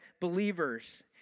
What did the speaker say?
believers